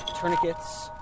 tourniquets